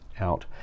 out